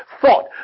thought